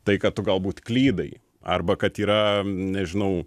tai kad tu galbūt klydai arba kad yra nežinau